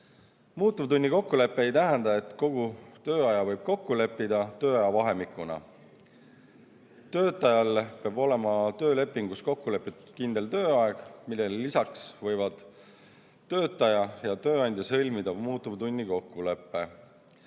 Muutuvtunni kokkulepe ei tähenda, et kogu tööaja võib kokku leppida tööajavahemikuna. Töötajal peab olema töölepingus kokku lepitud kindel tööaeg, millele lisaks võivad töötaja ja tööandja sõlmida muutuvtunni kokkuleppe.